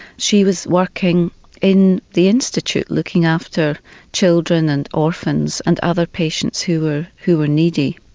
she was working in the institute, looking after children and orphans and other patients who were who were needy.